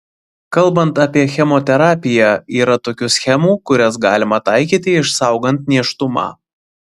kalbant apie chemoterapiją yra tokių schemų kurias galima taikyti išsaugant nėštumą